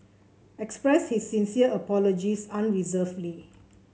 expressed his sincere apologies unreservedly